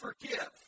forgive